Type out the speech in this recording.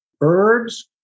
herbs